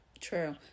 True